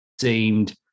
seemed